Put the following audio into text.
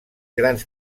grans